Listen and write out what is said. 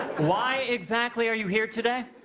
why exactly are you here today?